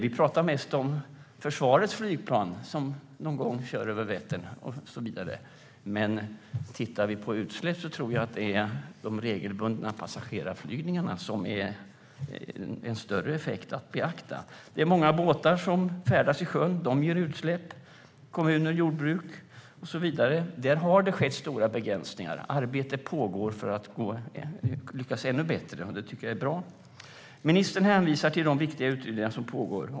Vi pratar mest om försvarets flygplan, som någon gång kör över Vättern och så vidare, men vad gäller utsläpp tror jag att de regelbundna passagerarflygningarna ger en större effekt att beakta. Det är många båtar som färdas i sjön, och de ger utsläpp, liksom kommuner, jordbruk och så vidare. Där har det skett stora begränsningar. Arbetet pågår för att lyckas ännu bättre, och det tycker jag är bra. Ministern hänvisar till de mycket viktiga utredningar som pågår.